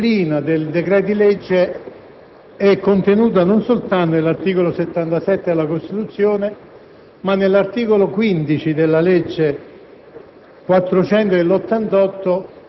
la disciplina dei decreti-legge è contenuta non soltanto nell'articolo 77 della Costituzione, ma anche nell'articolo 15 della legge